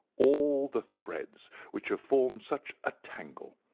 all the threads which have formed such a tangle.